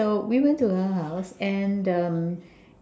so we went to her house and um